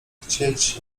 chcieć